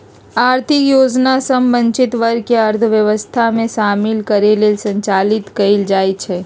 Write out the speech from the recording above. आर्थिक योजना सभ वंचित वर्ग के अर्थव्यवस्था में शामिल करे लेल संचालित कएल जाइ छइ